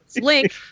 Link